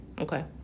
Okay